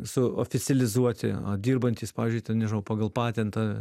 suoficializuoti dirbantys pavyzdžiui ten nežinau pagal patentą